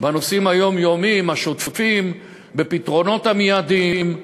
בנושאים היומיומיים, השוטפים, בפתרונות המיידיים,